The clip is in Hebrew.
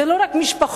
זה לא רק משפחות,